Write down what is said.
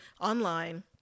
online